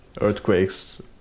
earthquakes